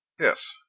Yes